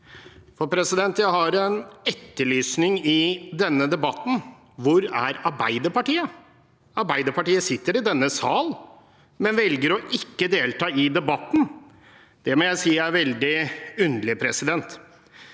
for nå. Jeg har en etterlysning i denne debatten: Hvor er Arbeiderpartiet? Arbeiderpartiet sitter i denne sal, men velger ikke å delta i debatten. Jeg må si det er veldig underlig når